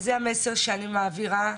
אז זה המסר שאני מעבירה,